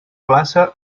classe